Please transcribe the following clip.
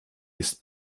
ist